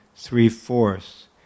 Three-fourths